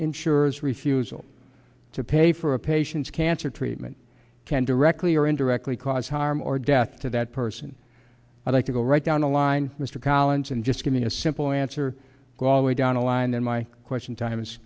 insurers refusal to pay for a patient's cancer treatment can directly or indirectly cause harm or death to that person i'd like to go right down the line mr collins and just give me a simple answer go way down a line then my question time